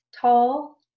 tall